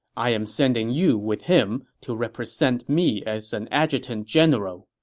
i am sending you with him to represent me as an adjutant general.